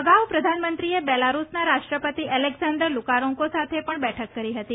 અગાઉ પ્રધાનમંત્રીએ બેલાડુસના રાષ્ટ્રપતિ એલેક્ઝાન્ડર લુકારોન્કો સાથે પણ બેઠક કરી હતી